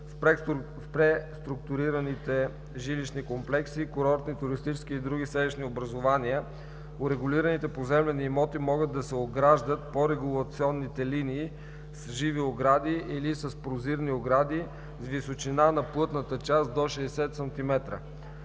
В преструктурираните жилищни комплекси, курортни, туристически и други селищни образувания урегулираните поземлени имоти могат да се ограждат по регулационните линии с живи огради или с прозирни огради с височина на плътната част до 60 см.